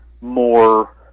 more